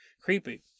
creepy